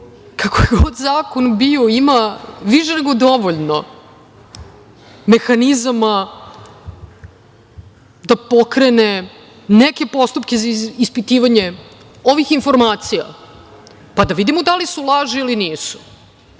kakav god zakon bio, ima više nego dovoljno mehanizama da pokrene neke postupke za ispitivanje ovih informacija, pa da vidimo da li su laži ili nisu. Čak,